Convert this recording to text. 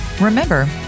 Remember